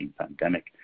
pandemic